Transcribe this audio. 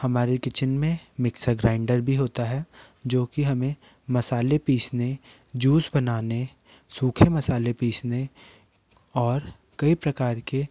हमारे किचेन में mixer grinder भी होता है जो कि हमें मसाले पीसने जूस बनाने सूखे मसाले पीसने और कई प्रकार के